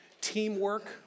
Teamwork